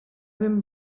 ben